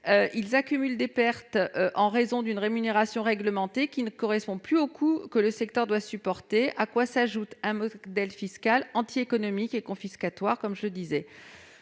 Ils accumulent les pertes en raison d'une rémunération réglementée qui ne correspond plus aux coûts que le secteur doit supporter, à quoi s'ajoute, comme je le disais, un modèle fiscal antiéconomique et confiscatoire. Pourtant, des